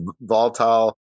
volatile